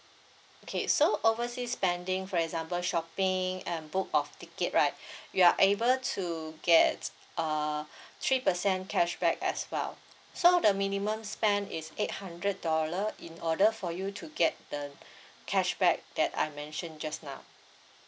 okay so uh oversea spending for example shopping and book of ticket right you are able to get a three percent cashback as well so the minimum spend is eight hundred dollar in order for you to get the cashback that I mention just now